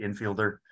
infielder